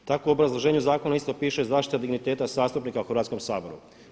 U takvom obrazloženju zakona isto piše zaštita digniteta zastupnika u Hrvatskom saboru.